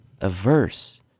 averse